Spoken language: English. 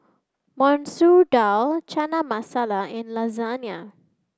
Masoor Dal Chana Masala and Lasagne